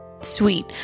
sweet